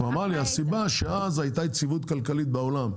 הוא אמר לי שהסיבה שאז הייתה יציבות כלכלית בעולם,